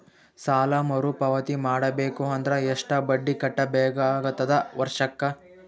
ಸಾಲಾ ಮರು ಪಾವತಿ ಮಾಡಬೇಕು ಅಂದ್ರ ಎಷ್ಟ ಬಡ್ಡಿ ಕಟ್ಟಬೇಕಾಗತದ ವರ್ಷಕ್ಕ?